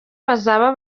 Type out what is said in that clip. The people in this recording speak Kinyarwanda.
bazaba